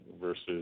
versus